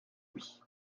lui